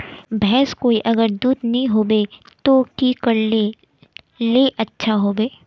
भैंस कोई अगर दूध नि होबे तो की करले ले अच्छा होवे?